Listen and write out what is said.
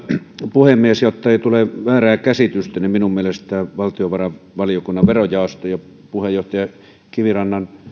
puhemies jottei tule väärää käsitystä niin minun mielestäni valtiovarainvaliokunnan verojaosto puheenjohtaja kivirannan